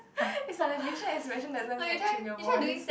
is like the facial expression doesn't match with your voice